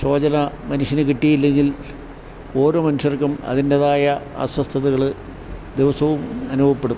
ശോചന മനുഷ്യന് കിട്ടിയില്ല എങ്കിൽ ഓരോ മനുഷ്യർക്കും അതിൻ്റെതായ അസ്വസ്തതകൾ ദിവസവും അനുഭവപ്പെടും